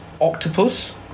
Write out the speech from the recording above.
octopus